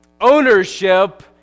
ownership